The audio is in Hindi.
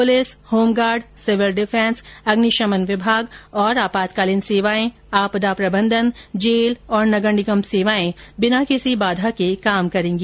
पुलिस होमगार्ड सिविल डिफेंस अग्निशमन विभाग और आपातकालीन सेवाएं आपदा प्रबंधन जेल और नगर निगम सेवाएं बिना किसी बाधा के काम करेंगी